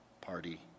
party